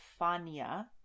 Fania